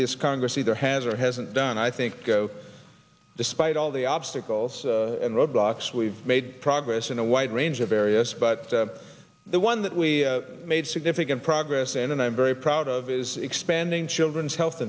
this congress either has or hasn't done i think spite all the obstacles and roadblocks we've made progress in a wide range of areas but the one that we made significant progress in and i'm very proud of is expanding children's health